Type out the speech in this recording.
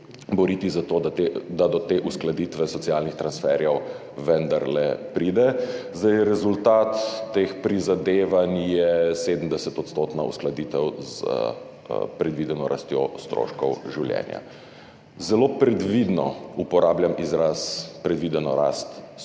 boriti za to, da do te uskladitve socialnih transferjev vendarle pride. Rezultat teh prizadevanj je 70-odstotna uskladitev s predvideno rastjo stroškov življenja. Zelo previdno uporabljam izraz predvidena rast stroškov